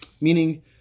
meaning